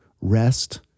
rest